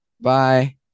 Bye